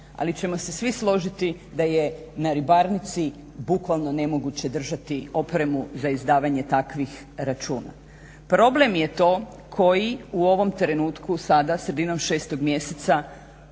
Ali ćemo se svi složiti da je na ribarnici bukvalno nemoguće držati opremu za izdavanje takvih računa. Problem je to koji u ovom trenutku sada sredinom 6 mjeseca